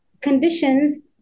conditions